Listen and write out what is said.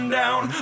down